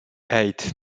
eight